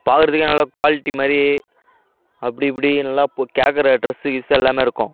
பார்க்கறதுக்கே நல்ல குவாலிட்டி மாதிரி அப்படி இப்படி எல்லா கேட்குற ட்ரெஸ்ஸு கிஸ்ஸு எல்லாமே இருக்கும்